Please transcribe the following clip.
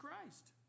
Christ